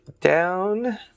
down